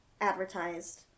advertised